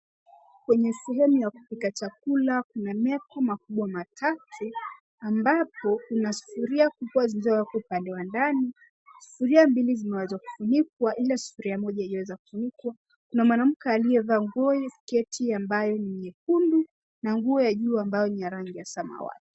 Kwenye sehemu ya kupika chakula kuna meko makubwa machache ambapo kuna sufuria kubwa zilizowekwa upande wa ndani, sufuria mbili zinazofunikwa ila sufuria moja hijaweza kufunikwa. Kuna mwanamke aliyevaa nguo ya sketi ambayo ni nyekundu na nguo ya juu ambayo ni ya rangi ya samawati.